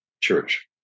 church